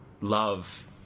love